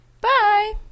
Bye